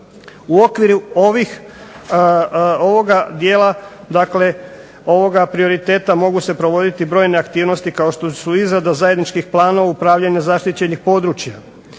U okviru ovoga dijela mogu se provoditi mnoge aktivnosti kao što su izrada zajedničkih planova upravljanja zaštićenih područja,